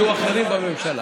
יהיו אחרים בממשלה.